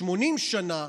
80 שנה